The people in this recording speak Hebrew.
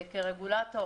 כרגולטור,